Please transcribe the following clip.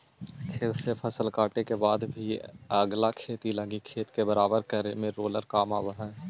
खेत से फसल काटे के बाद भी अगला खेती लगी खेत के बराबर करे में रोलर काम आवऽ हई